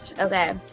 okay